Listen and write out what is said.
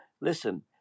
listen